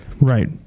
Right